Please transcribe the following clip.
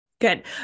Good